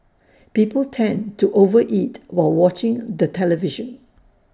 people tend to over eat while watching the television